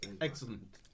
excellent